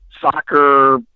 soccer